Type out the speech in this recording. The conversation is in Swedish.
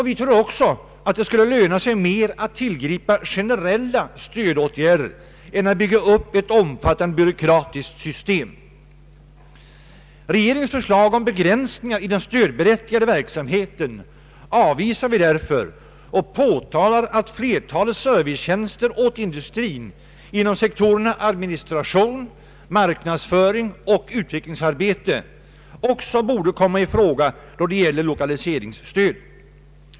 Vi tror också att det skulle löna sig mer att tillgripa generella stödåtgärder än att bygga upp ett omfattande byråkratiskt system. Regeringens förslag om begränsningar i den stödberättigade verksamheten avvisar vi därför och påtalar att flertalet servicetjänster åt industrin inom sektorerna administration, marknadsföring och utvecklingsarbete också borde komma i fråga när det gäller lokaliseringsstöd.